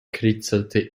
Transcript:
kritzelte